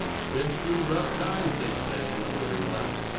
been through rough times, they say, another remarked.